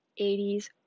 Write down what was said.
80s